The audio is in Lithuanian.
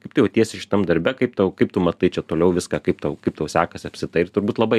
kaip jautiesi šitam darbe kaip tau kaip tu matai čia toliau viską kaip tau kaip tau sekasi apskritai ir turbūt labai